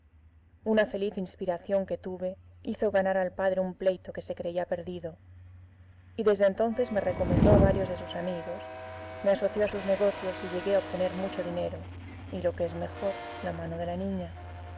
una feliz inspiración que tuve hizo ganar al padre un pleito que se creía perdido y desde entonces me recomendó a varios de sus amigos me asoció a sus negocios y llegué a obtener mucho dinero y lo que es mejor la mano de la niña